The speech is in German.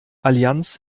allianz